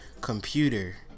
computer